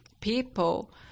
people